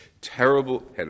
terrible